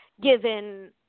given